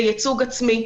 לייצוג עצמי.